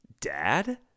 Dad